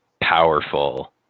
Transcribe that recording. powerful